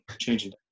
changing